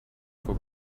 for